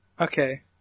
Okay